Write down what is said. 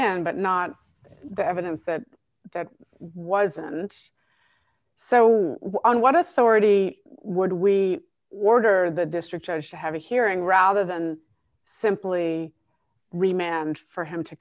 in but not the evidence that that was and so on what authority would we order the district judge to have a hearing rather than simply remand for him to